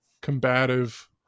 combative